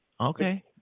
okay